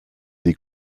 des